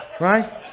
Right